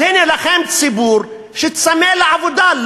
אז הנה לכם ציבור שצמא לעבודה,